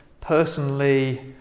personally